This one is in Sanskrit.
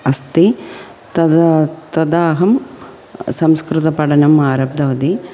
अस्ति तदा तदा अहं संस्कृतपठनम् आरब्धवती